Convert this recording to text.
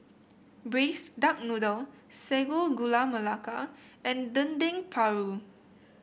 Braised Duck Noodle Sago Gula Melaka and Dendeng Paru